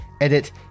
Edit